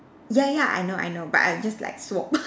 ya ya I know I know but I just like swap